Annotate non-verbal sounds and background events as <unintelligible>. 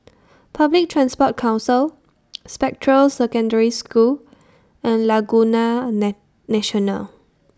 Public Transport Council Spectra Secondary School and Laguna <unintelligible> National